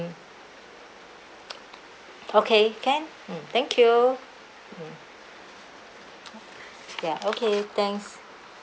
okay can mm thank you mmhmm ya okay thanks